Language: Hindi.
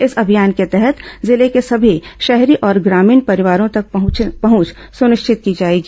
इस अभियान के तहत जिले के सभी शहरी और ग्रामीण परिवारों तक पहुंच सुनिश्चित की जाएगी